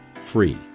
free